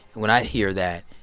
when i hear that,